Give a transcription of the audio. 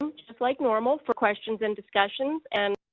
um just like normal, for questions and discussions, and,